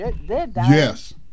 Yes